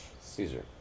Caesar